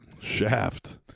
Shaft